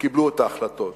קיבלו את ההחלטות.